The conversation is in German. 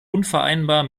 unvereinbar